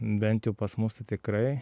bent jau pas mus tai tikrai